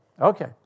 Okay